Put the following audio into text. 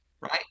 right